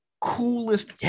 coolest